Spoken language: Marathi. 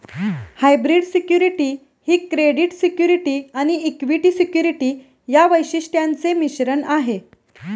हायब्रीड सिक्युरिटी ही क्रेडिट सिक्युरिटी आणि इक्विटी सिक्युरिटी या वैशिष्ट्यांचे मिश्रण आहे